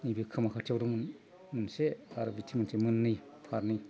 नैबे खोमा खाथियाव मोनसे आरो बिथिं मोनसे मोननै फारनै